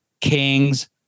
Kings